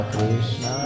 Krishna